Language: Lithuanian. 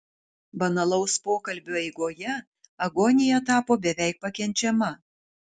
banalaus pokalbio eigoje agonija tapo beveik pakenčiama